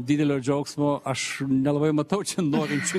didelio džiaugsmo aš nelabai matau čia norinčių